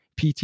PT